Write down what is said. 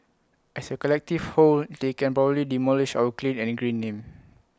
as A collective whole they can probably demolish our clean and green name